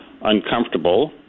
uncomfortable